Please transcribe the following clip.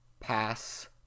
pass